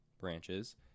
branches